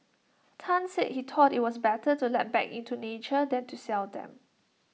Tan said he thought IT was better to let back into nature than to sell them